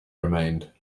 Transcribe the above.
remained